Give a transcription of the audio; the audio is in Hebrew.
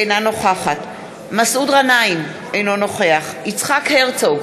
אינה נוכחת מסעוד גנאים, אינו נוכח יצחק הרצוג,